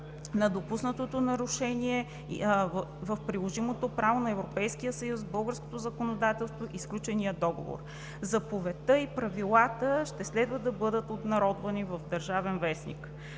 на допуснатото нарушение на приложимото право на Европейския съюз, българското законодателство и сключения договор. Заповедта и правилата ще следва да бъдат обнародвани в „Държавен вестник“.